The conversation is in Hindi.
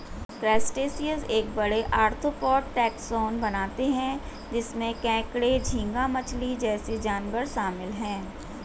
क्रस्टेशियंस एक बड़े, आर्थ्रोपॉड टैक्सोन बनाते हैं जिसमें केकड़े, झींगा मछली जैसे जानवर शामिल हैं